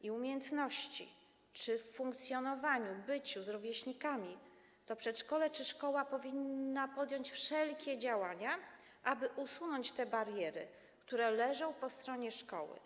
i umiejętności czy w funkcjonowaniu, byciu z rówieśnikami, to przedszkole czy szkoła powinny podjąć wszelkie działania, aby usunąć te bariery, które leżą po stronie szkoły.